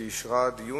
שאישרה דיון,